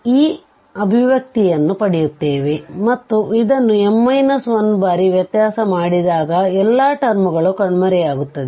ಈ ಅಭಿವ್ಯಕ್ತಿಯನ್ನು ಪಡೆಯುತ್ತೇವೆ ಮತ್ತು ಇದನ್ನು m 1ಬಾರಿ ವ್ಯತ್ಯಾಸ ಮಾಡಿದಾಗ ಎಲ್ಲಾ ಟರ್ಮ್ ಗಳು ಕಣ್ಮರೆಯಾಗುತ್ತವೆ